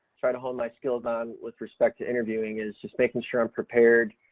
try to hone my skills on with respect to interviewing is just making sure i'm prepared,